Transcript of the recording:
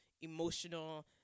emotional